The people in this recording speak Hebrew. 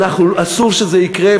אסור שזה יקרה,